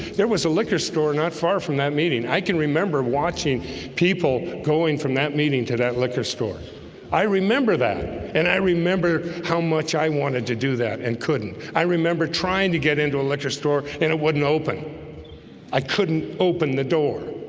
there was a liquor store not far from that meeting. i can remember watching people going from that meeting to that liquor store i remember that and i remember how much i wanted to do that and couldn't i? remember trying to get into a liquor store and it wouldn't open i couldn't open the door